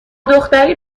دختری